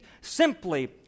simply